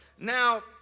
Now